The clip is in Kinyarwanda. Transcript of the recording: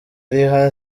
riha